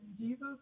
Jesus